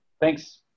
Thanks